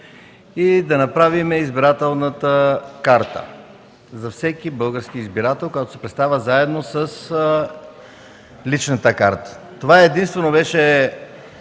и да направим избирателна карта за всеки български избирател, която да се представя заедно с личната карта. Това беше